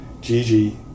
Gigi